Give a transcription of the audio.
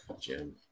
Jim